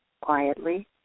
quietly